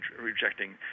rejecting